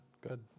good